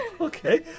Okay